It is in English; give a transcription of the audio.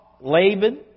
Laban